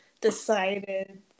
decided